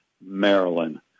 Maryland